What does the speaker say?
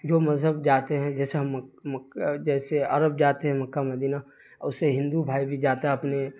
جو مذہب جاتے ہیں جیسے ہم جیسے عرب جاتے ہیں مکہ مدینہ ویسے ہندو بھائی بھی جاتا ہے اپنے